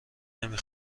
نمی